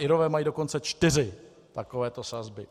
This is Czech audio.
Irové mají dokonce čtyři takovéto sazby.